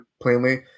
plainly